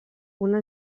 una